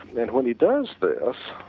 and when he does this,